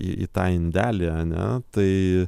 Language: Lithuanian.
į tą indelį ane tai